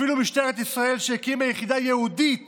אפילו משטרת ישראל, שהקימה יחידה ייעודית